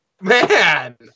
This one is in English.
Man